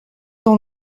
dans